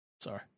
Sorry